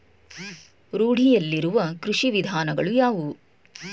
ರೂಢಿಯಲ್ಲಿರುವ ಕೃಷಿ ವಿಧಾನಗಳು ಯಾವುವು?